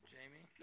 Jamie